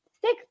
six